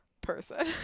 person